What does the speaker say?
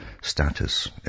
status